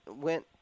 went